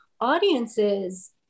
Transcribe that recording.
audiences